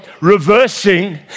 reversing